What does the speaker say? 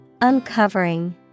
Uncovering